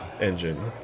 engine